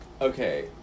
Okay